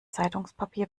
zeitungspapier